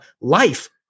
life